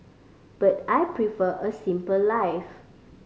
but I prefer a simple life